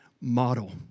model